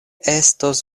estos